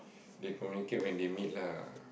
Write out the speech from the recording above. they communicate when they meet lah